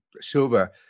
silver